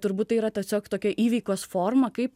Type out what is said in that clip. turbūt tai yra tiesiog tokia įveikos forma kaip